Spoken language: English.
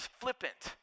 flippant